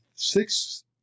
Six